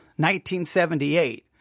1978